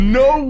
no